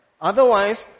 Otherwise